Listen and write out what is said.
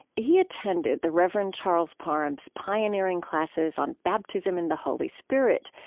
he attended the reverend charles parham's pioneering classes on baptism in the holy spirit,